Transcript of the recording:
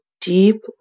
deep